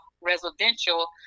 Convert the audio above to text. residential